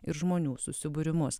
ir žmonių susibūrimus